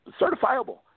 certifiable